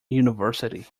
university